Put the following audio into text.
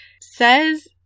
says